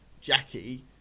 Jackie